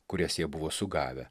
kurias jie buvo sugavę